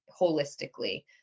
holistically